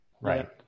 Right